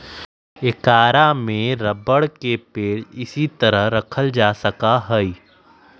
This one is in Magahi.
ऐकरा में रबर के पेड़ इसी तरह के रखल जा सका हई